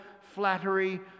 flattery